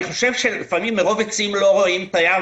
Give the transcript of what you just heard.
אני חושב שלפעמים מרוב עצים לא רואים את היער,